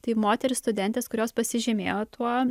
tai moterys studentės kurios pasižymėjo tuo